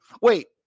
wait